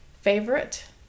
favorite